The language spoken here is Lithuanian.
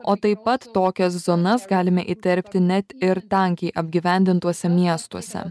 o taip pat tokias zonas galime įterpti net ir tankiai apgyvendintuose miestuose